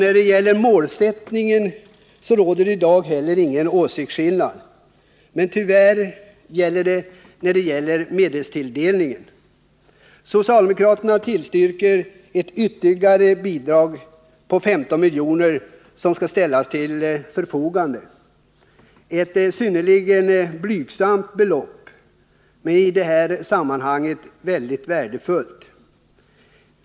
När det gäller målsättningen råder i dag inte heller någon åsiktsskillnad, men det gör det tyvärr när det gäller medelstilldelningen. Socialdemokraterna tillstyrker att ytterligare 15 milj.kr. ställs till förfogande i bidrag — ett synnerligen blygsamt belopp men i detta sammanhang mycket värdefullt.